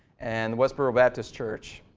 and the westboro baptist church.